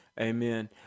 Amen